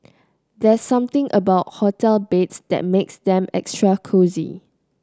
there's something about hotel beds that makes them extra cosy